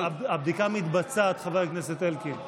הבדיקה מתבצעת, חבר הכנסת אלקין.